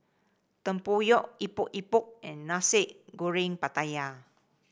tempoyak Epok Epok and Nasi Goreng Pattaya